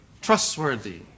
trustworthy